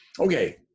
Okay